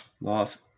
Loss